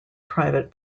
private